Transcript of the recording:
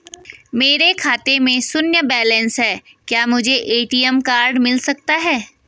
मेरे खाते में शून्य बैलेंस है क्या मुझे ए.टी.एम कार्ड मिल सकता है?